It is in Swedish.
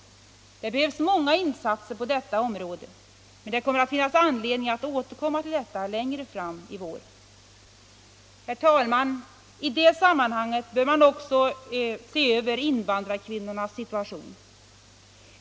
Det behövs många insatser på detta område, men det blir anledning att återkomma till detta längre fram i vår. I det sammanhanget bör också, herr talman, invandrarkvinnornas situation uppmärksammas.